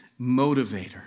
motivator